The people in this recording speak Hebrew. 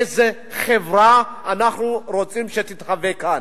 איזו חברה אנחנו רוצים שתתהווה כאן.